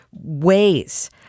ways